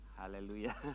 Hallelujah